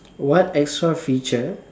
what extra feature